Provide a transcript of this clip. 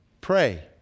Pray